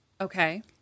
Okay